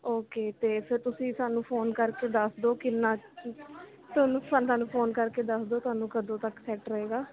okay ਤਾਂ ਫਿਰ ਤੁਸੀਂ ਸਾਨੂੰ ਫੋਨ ਕਰਕੇ ਦੱਸ ਦਿਓ ਕਿੰਨਾ ਤੁਹਾਨੂੰ ਸਾਨੂੰ ਫੋਨ ਕਰਕੇ ਦੱਸ ਦਿਓ ਤੁਹਾਨੂੰ ਕਦੋਂ ਤੱਕ ਸੈੱਟ ਰਹੇਗਾ